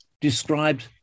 described